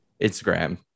Instagram